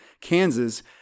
Kansas